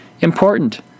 important